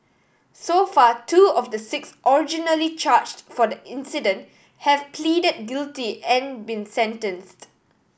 so far two of the six originally charged for the incident have pleaded guilty and been sentenced